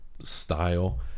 style